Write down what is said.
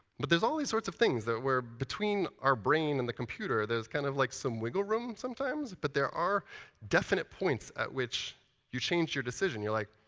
but there's all these sorts of things that where between our brain and the computer, there's kind of like some wiggle room sometimes. but there are definite points at which you change your decision. you're like,